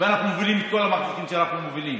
ואנחנו מובילים את כל המהלכים שאנחנו מובילים.